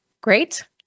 great